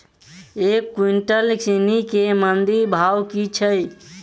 एक कुनटल चीनी केँ मंडी भाउ की छै?